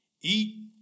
eat